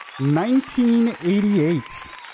1988